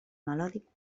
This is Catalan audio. melòdic